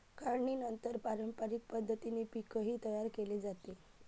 काढणीनंतर पारंपरिक पद्धतीने पीकही तयार केले जाते